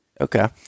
Okay